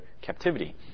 captivity